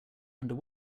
under